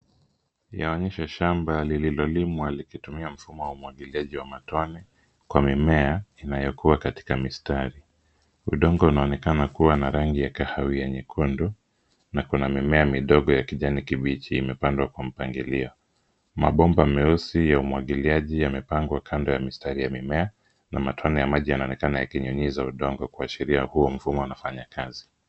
Linaonyeshwa shamba lililolimwa likitumia mfumo wa umwagiliaji wa matone, kwa mimea inayokua katika mistari. Udongo unaonekana kuwa na rangi ya kahawia- nyekundu na kuna mimea midogo ya kijani kibichi imepandwa kwa mpangilio. Mabomba meusi ya umwagiliaji yamepangwa kando ya mistari ya mimea, na matone ya maji yanaonekana yakinyunyiza udongo kuashiria kuwa huo mfumo unafanya kazi.